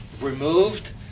removed